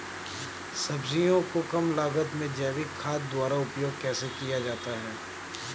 सब्जियों को कम लागत में जैविक खाद द्वारा उपयोग कैसे किया जाता है?